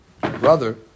brother